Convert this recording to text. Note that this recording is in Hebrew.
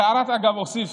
בהערת אגב אוסיף,